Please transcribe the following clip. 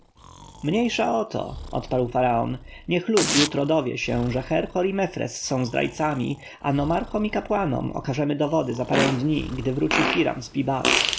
mniejsza o to odparł faraon niech lud jutro dowie się że herhor i mefres są zdrajcami a nomarchom i kapłanom okażemy dowody za parę dni gdy wróci hiram